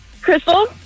Crystal